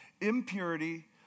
impurity